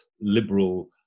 liberal